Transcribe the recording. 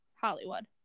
Hollywood